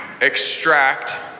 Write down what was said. extract